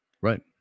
right